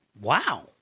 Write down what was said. Wow